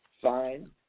fine